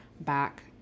back